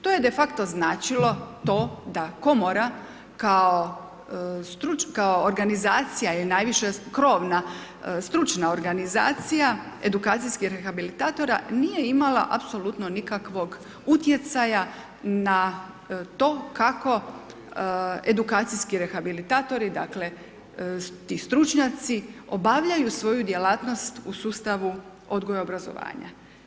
To je de facto značilo to da Komora kao organizacija i najviša krovna stručna organizacija edukacijskih rehabilitatora nije imala apsolutno nikakvog utjecaja na to kako edukacijski rehabilitatori dakle, ti stručnjaci obavljaju svoju djelatnost u sustavu odgoja, obrazovanja.